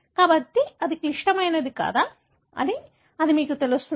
కాబట్టి అది క్లిష్టమైనది కాదా అని అది మీకు తెలియజేస్తుంది